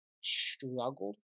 struggled